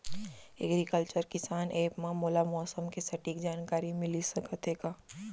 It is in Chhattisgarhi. एग्रीकल्चर किसान एप मा मोला मौसम के सटीक जानकारी मिलिस सकत हे का?